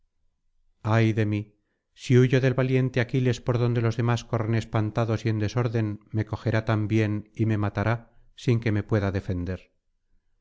ay de mí si huyo del valiente aquiles por donde los demás corre espantados y en desorden me cogerá también y me matará sin que me pueda defender